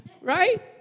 right